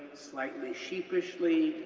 slightly sheepishly,